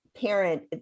parent